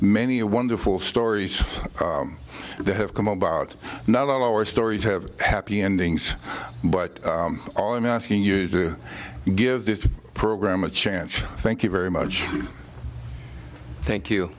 many a wonderful stories that have come about not all our stories have happy endings but all i'm asking you to give the program a chance thank you very much thank you